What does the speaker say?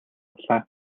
авлаа